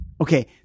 Okay